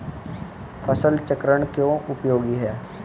फसल चक्रण क्यों उपयोगी है?